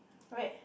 wait